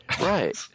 Right